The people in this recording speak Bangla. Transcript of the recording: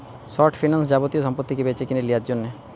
শর্ট ফিন্যান্স যাবতীয় সম্পত্তিকে বেচেকিনে লিয়ার জন্যে